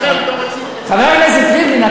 חבר הכנסת ריבלין,